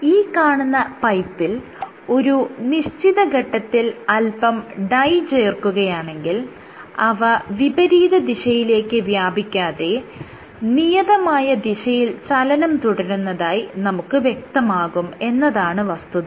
ഈ കാണുന്ന പൈപ്പിൽ ഒരു നിശ്ചിത ഘട്ടത്തിൽ അല്പം ഡൈ ചേർക്കുകയാണെങ്കിൽ അവ വിപരീത ദിശയിലേക്ക് വ്യാപിക്കാതെ നിയതമായ ദിശയിൽ ചലനം തുടരുന്നതായി നമുക്ക് വ്യക്തമാകും എന്നതാണ് വസ്തുത